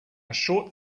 short